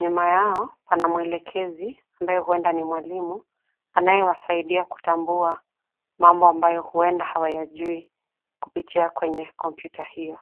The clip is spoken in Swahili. Nyuma yao pana mwelekezi ambaye huenda ni mwalimu anayewasaidia kutambua mambo ambayo huenda hawayajui kupitia kwenye kompyuta hio.